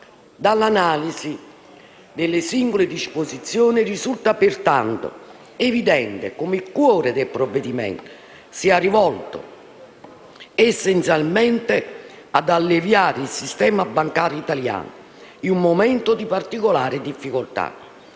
Dall'analisi delle singole disposizioni risulta pertanto evidente come il cuore del provvedimento sia rivolto essenzialmente ad alleviare il sistema bancario italiano, in un momento di particolare difficoltà,